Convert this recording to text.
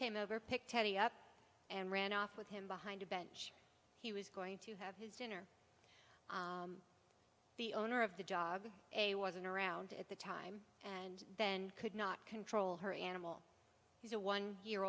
came over picked teddy up and ran off with him behind a bench he was going to have his dinner the owner of the job a wasn't around at the time and then could not control her animal he's a one year